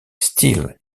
steele